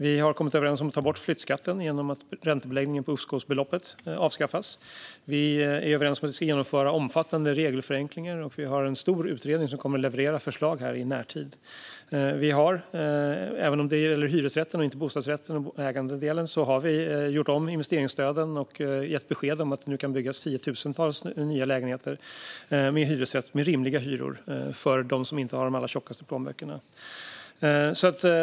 Vi har kommit överens om att ta bort flyttskatten genom att räntebeläggningen på uppskovsbeloppet avskaffas. Vi är överens om att vi ska genomföra omfattande regelförenklingar, och vi har en stor utredning som kommer att leverera förslag i närtid. Vi har - även om detta gäller hyresrätten och inte bostadsrätten och ägandedelen - gjort om investeringsstöden och gett besked om att det nu kan byggas tiotusentals nya hyresrätter med rimliga hyror för dem som inte har de allra tjockaste plånböckerna.